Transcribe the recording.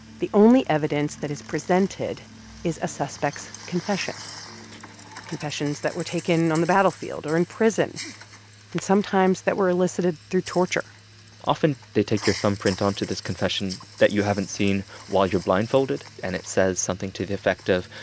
the only evidence that is presented is a suspect's confession confessions that were taken on the battlefield or in prison and, sometimes, that were elicited through torture often they take your thumbprint onto this confession that you haven't seen while you're blindfolded. and it says something to the effect of,